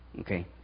Okay